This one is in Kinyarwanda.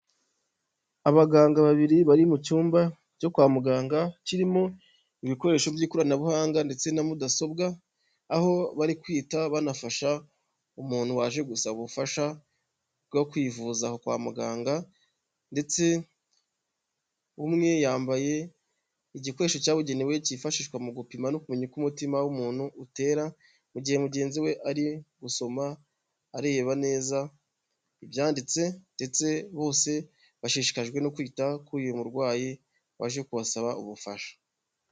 Abaganga babiri bari mu cyumba cyo kwa muganga kirimo ibikoresho by'ikoranabuhanga ndetse na mudasobwa, aho bari kwita banafasha umuntu waje gusaba ubufasha bwo kwivuza aho kwa muganga ndetse umwe yambaye igikoresho cyabugenewe cyifashishwa mu gupima no kumenya uko umutima w'umuntu utera mu gihe mugenzi we ari gusoma areba neza ibyanditse ndetse bose bashishikajwe no kwita k'uyu murwayi waje kubasaba ubufasha.